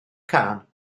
cân